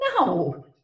No